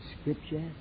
Scripture